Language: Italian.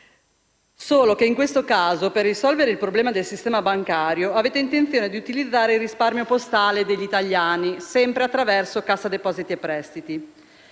Solo che in questo caso, per risolvere il problema del sistema bancario, avete intenzione di utilizzare il risparmio postale degli italiani, sempre attraverso Cassa depositi e prestiti.